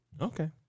Okay